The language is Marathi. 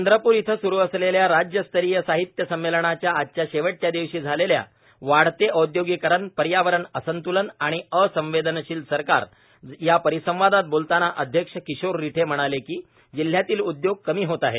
चंद्रपूर इथं स्रू असलेल्या राज्यस्तरीय साहित्य संमेलनाच्या आजच्या शेवटच्या दिवशी झालेल्या वाढते औद्योगिकरण पर्यावरण असंत्लन आणि असंवेदनशील सरकार झालेल्या परिसंवादात बोलताना अध्यक्ष किशोर रिठे म्हणाले की जिल्हयातील उद्योग कमी होत आहेत